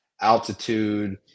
Altitude